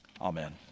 amen